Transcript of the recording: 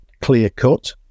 clear-cut